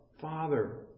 Father